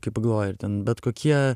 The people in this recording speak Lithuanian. kaip pagalvoji ir ten bet kokie